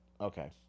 Okay